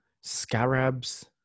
scarabs